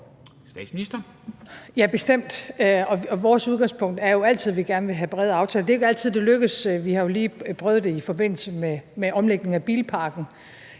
Vores udgangspunkt er jo altid, at vi gerne vil have brede aftaler. Det er ikke altid, det lykkes. Vi har jo lige prøvet det i forbindelse med omlægningen af bilparken.